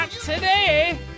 today